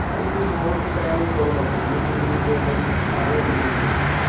ആ നിങ്ങൾ മുകളിലത്തെ ടാങ്ക് ഒന്ന് തുറന്ന് നോക്കിയോ ഉള്ളിൽ വല്ലതും ഇപ്പോൾ വല്ലതും അടയുകയോ പിടിക്കുകയോ എന്തെങ്കിലും ചെയ്തിട്ടുണ്ടോ